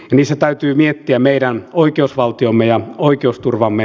niissä täytyy miettiä meidän oikeusvaltiomme ja oikeusturvamme